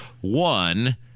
One